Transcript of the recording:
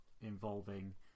involving